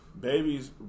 Babies